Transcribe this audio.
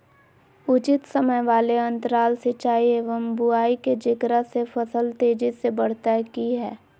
उचित समय वाले अंतराल सिंचाई एवं बुआई के जेकरा से फसल तेजी से बढ़तै कि हेय?